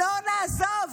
לא נעזוב,